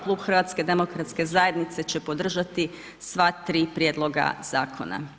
Klub HDZ-a će podržati sva tri prijedloga zakona.